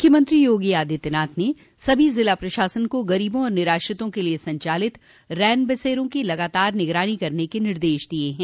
मुख्यमंत्री योगी आदित्यनाथ ने सभी जिला प्रशासन को गरीबों और निराश्रितों के लिए संचालित रैन बसेरों की लगातार निगरानी करने के निर्देश दिये हैं